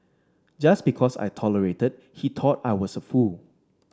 just because I tolerated he thought I was a fool